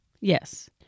Yes